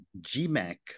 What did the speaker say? GMAC